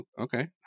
okay